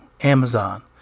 Amazon